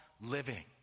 living